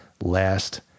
last